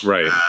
Right